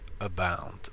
abound